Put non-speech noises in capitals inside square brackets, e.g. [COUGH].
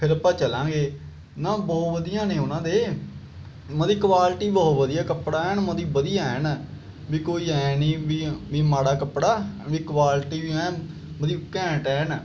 ਫਿਰ ਆਪਾਂ ਚੱਲਾਂਗੇ ਨਾ ਬਹੁਤ ਵਧੀਆ ਨੇ ਉਹਨਾਂ ਦੇ ਉਹਨਾਂ ਦੀ ਕੁਆਲਿਟੀ ਬਹੁਤ ਵਧੀਆ ਕੱਪੜਾ ਐਨ [UNINTELLIGIBLE] ਵਧੀਆ ਐਨ ਵੀ ਕੋਈ ਐਂ ਨੀ ਵੀ ਵੀ ਮਾੜਾ ਕੱਪੜਾ ਵੀ ਕੁਆਲਿਟੀ ਵੀ ਐਨ [UNINTELLIGIBLE] ਘੈਂਟ ਹੈ ਐਨ